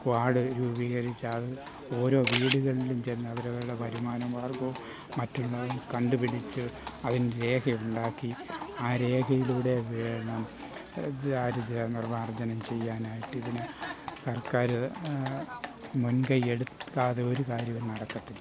squad രൂപീകരിച്ച അത് ഓരോ വീടുകളിലും ചെന്ന് അവരവരുടെ വരുമാന മാർഗോം മറ്റുള്ളതും കണ്ടുപിടിച്ച് അതിൻ്റെ രേഖയുണ്ടാക്കി ആ രേഖയിലൂടെ വേണം ദാരിദ്ര്യം നിർമാർജനം ചെയ്യാനായിട്ട് ഇതിന് സർക്കാർ മുൻകൈ എടുക്കാതെ ഒരു കാര്യവും നടക്കത്തില്ല